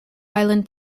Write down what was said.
island